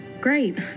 Great